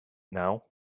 now